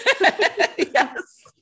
yes